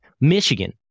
Michigan